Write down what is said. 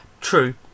True